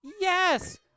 yes